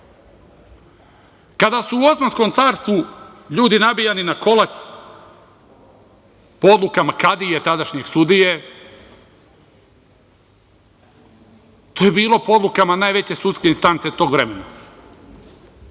su u Osmanskom carstvu ljudi nabijani na kolac po odlukama kadije, tadašnjeg sudije, to je bilo po odlukama najveće sudske instance tog vremena.